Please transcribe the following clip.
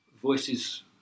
Voices